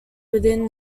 within